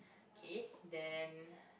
okay then